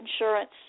insurance